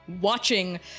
watching